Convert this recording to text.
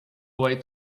way